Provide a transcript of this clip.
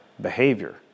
behavior